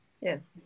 Yes